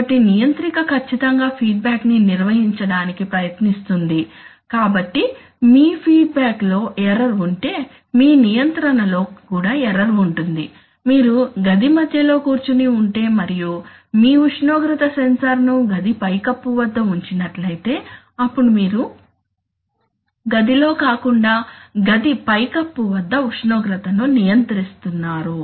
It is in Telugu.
కాబట్టి నియంత్రిక ఖచ్చితంగా ఫీడ్బ్యాక్ ని నిర్వహించడానికి ప్రయత్నిస్తుంది కాబట్టి మీ ఫీడ్బ్యాక్ లో ఎర్రర్ ఉంటే మీ నియంత్రణ లో కూడా ఎర్రర్ ఉంటుంది మీరు గది మధ్యలో కూర్చుని ఉంటే మరియు మీ ఉష్ణోగ్రత సెన్సార్ను గది పై కప్పు వద్ద ఉంచినట్లయితే అప్పుడు మీరు గదిలో కాకుండా గది పై కప్పు వద్ద ఉష్ణోగ్రతను నియంత్రిస్తున్నారు